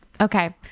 Okay